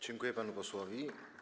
Dziękuję panu posłowi.